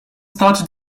started